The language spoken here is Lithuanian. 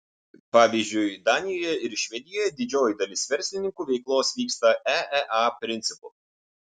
pavyzdžiui danijoje ir švedijoje didžioji dalis verslininkų veiklos vyksta eea principu